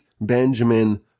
Benjamin